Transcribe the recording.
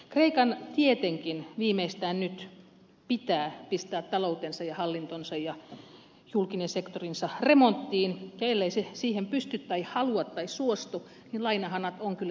kreikan tietenkin viimeistään nyt pitää pistää taloutensa ja hallintonsa ja julkinen sektorinsa remonttiin ja ellei se siihen pysty tai halua tai suostu niin lainahanat on kyllä sitten suljettava